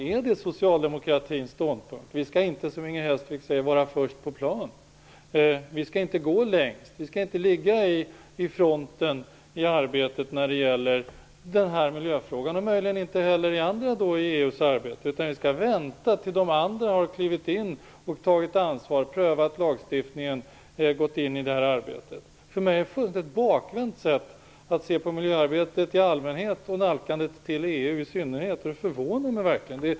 Är det socialdemokratins ståndpunkt att vi inte skall vara först på plan? Vi skall inte gå längst. Vi skall inte ligga i frontlinjen i arbetet med denna miljöfråga, och möjligen inte heller i andra miljöfrågor i EU:s arbete. Vi skall vänta tills de andra har klivit in, tagit ansvar och prövat lagstiftningen. För mig är det ett fullständigt bakvänt sätt att se på miljöarbetet i allmänhet och nalkandet till EU i synnerhet. Detta förvånar mig verkligen.